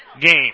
game